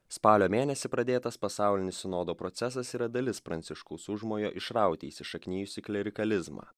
spalio mėnesį pradėtas pasaulinis sinodo procesas yra dalis pranciškaus užmojo išrauti įsišaknijusį klerikalizmą